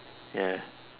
ya